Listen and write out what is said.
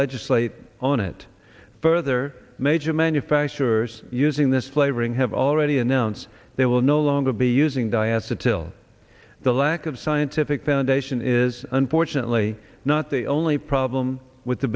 legislate on it further major manufacturers using this flavoring have already announced they will no longer be using diaster till the lack of scientific foundation is unfortunately not the only problem with the